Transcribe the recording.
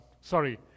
sorry